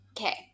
Okay